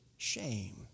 shame